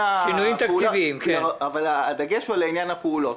אבל הדגש הוא על עניין הפעולות.